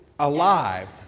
alive